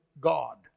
God